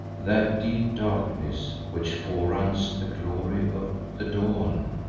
that deep darkness which foreruns the glory of the dawn.